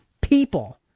people